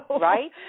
Right